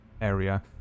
area